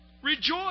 Rejoice